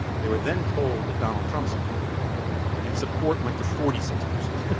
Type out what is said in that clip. they were then told that donald trump supported it and support went to forty six percent.